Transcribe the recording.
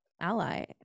ally